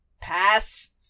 pass